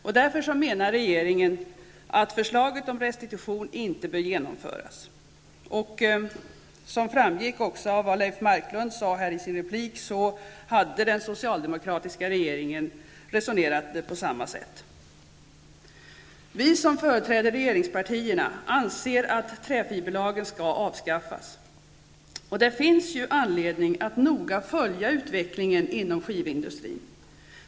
Regeringen menar därför att förslaget om restitution inte bör genomföras. Som framgick av vad Leif Marklund sade i en replik, resonerade den socialdemokratiska regeringen på samma sätt. Vi som företräder regeringspartierna anser att träfiberlagen skall avskaffas. Det finns anledning att noga följa utvecklingen inom skivindustrin.